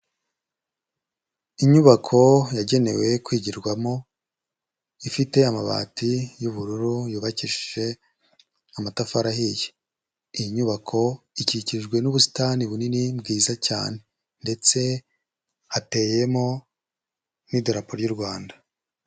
Inyubako yagenewe kwigirwamo, ifite amabati y'ubururu, yubakishije amatafari ahiye, iyi nyubako ikikijwe n'ubusitani bunini bwiza cyane ndetse hateyemo nk'idarapo ry'u Rwanda.